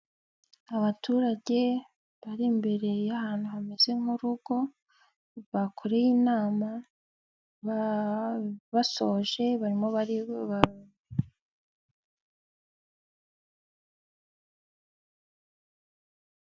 Abaturage bari imbere y'ahantu hameze nk'urugo bakoreye inama basoje barimo ba...